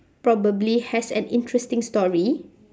probably has an interesting story